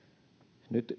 nyt